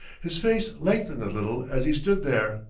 his face lengthened a little as he stood there,